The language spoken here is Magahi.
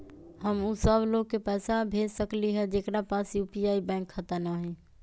हम उ सब लोग के पैसा भेज सकली ह जेकरा पास यू.पी.आई बैंक खाता न हई?